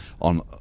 on